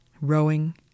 rowing